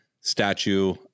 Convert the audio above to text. statue